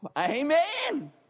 Amen